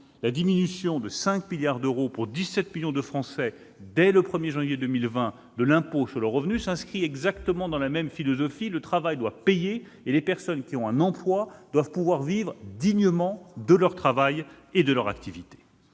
La diminution de 5 milliards d'euros, pour 17 millions de Français, dès le 1 janvier 2020, de l'impôt sur le revenu s'inscrit exactement dans la même philosophie : le travail doit payer et les personnes qui ont un emploi doivent pouvoir vivre dignement de leur activité.